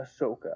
Ahsoka